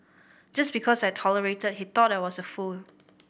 just because I tolerated he thought I was a fool